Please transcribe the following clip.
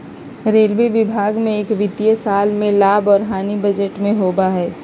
railway विभाग में एक वित्तीय साल में लाभ और हानि बजट में होबा हई